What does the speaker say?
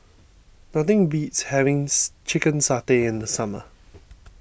nothing beats having Chicken Satay in the summer